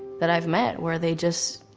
that i've met where they just,